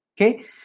okay